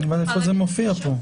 תוכל להגיד שוב?